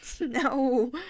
No